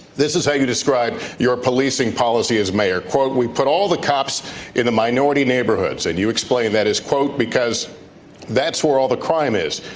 this is how you describe your policing policy as mayor. quote, we put all the cops in the minority neighbors. and you explain that is, quote, because that's where all the crime is.